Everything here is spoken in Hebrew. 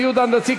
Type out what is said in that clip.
ציוד הנדסי,